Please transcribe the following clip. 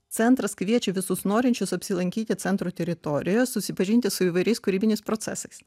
centras kviečia visus norinčius apsilankyti centro teritorijos susipažinti su įvairiais kūrybiniais procesais